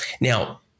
Now